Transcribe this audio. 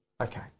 Okay